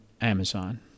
Amazon